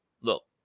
look